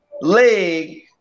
leg